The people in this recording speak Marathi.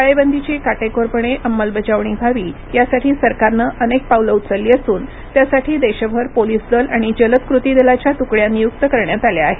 टाळेबंदीर्ची काटेकोरपणे अमलबजावणी व्हावी यासाठी सरकारन अनेक पावलं उचलली असून त्यासाठी देशभर पोलीस दल आणि जलद कृती दलाच्या तुकड्या नियुक्त करण्यात आल्या आहेत